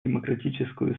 демократическую